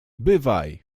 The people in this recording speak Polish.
bywaj